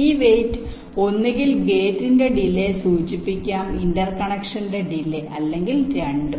ഈ വെയിറ്റ് ഒന്നുകിൽ ഗേറ്റിന്റെ ഡിലെ സൂചിപ്പിക്കാം ഇന്റർകണക്ഷന്റെ ഡിലെ അല്ലെങ്കിൽ രണ്ടും